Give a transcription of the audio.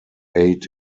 eight